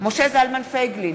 משה זלמן פייגלין,